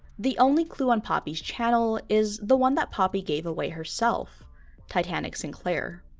the only clue on poppy's channel is the one that poppy gave away herself titanic sinclair.